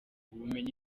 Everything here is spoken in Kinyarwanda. ubumenyi